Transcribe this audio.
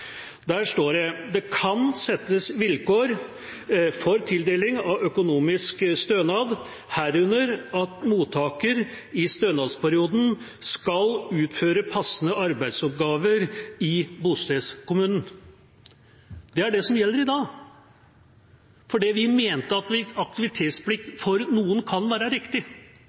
Der står det: «Det kan settes vilkår for tildeling av økonomisk stønad, herunder at mottakeren i stønadsperioden skal utføre passende arbeidsoppgaver i bostedskommunen Det er det som gjelder i dag. For vi mente at aktivitetsplikt kan være riktig for noen.